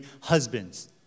husbands